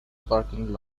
parking